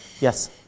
Yes